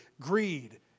greed